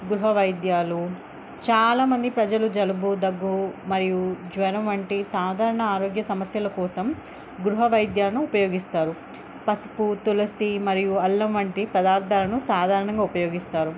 గృహ వైద్యాలు చాలామంది ప్రజలు జలుబు దగ్గు మరియు జ్వరం వంటి సాధారణ ఆరోగ్య సమస్యల కోసం గృహ వైద్యమును ఉపయోగిస్తారు పసుపు తులసి మరియు అల్లం వంటి పదార్థాలను సాధారణంగా ఉపయోగిస్తారు